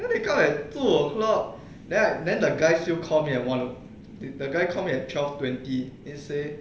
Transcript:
then they come at two o'clock then like then the guys still call me at one the guy call me at twelve twenty then he said